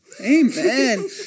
Amen